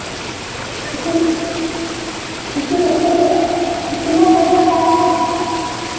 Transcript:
कितने कितने बजे कितने बजे आएँ